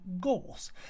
Goals